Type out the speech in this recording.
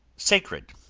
sacred,